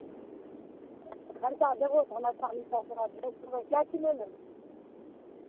खरचा देबहो तऽ हम अच्छा मिठाइ तोरा भेज देबै कए किलो लेबै